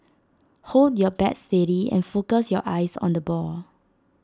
hold your bat steady and focus your eyes on the ball